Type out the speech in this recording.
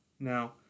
Now